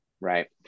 right